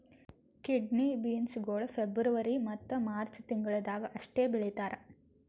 kidney beans ಗೊಳ್ February ಮತ್ತ March ತಿಂಗಿಳದಾಗ್ ಅಷ್ಟೆ ಬೆಳೀತಾರ್